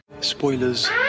Spoilers